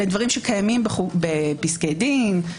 דברים שקיימים בפסקי דין.